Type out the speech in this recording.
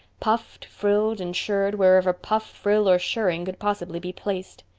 puffed, frilled, and shirred wherever puff, frill, or shirring could possibly be placed.